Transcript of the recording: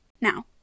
Now